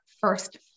first